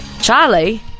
Charlie